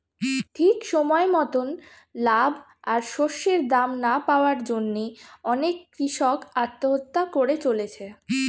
ঠিক সময় মতন লাভ আর শস্যের দাম না পাওয়ার জন্যে অনেক কূষক আত্মহত্যা করে চলেছে